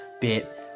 bit